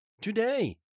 today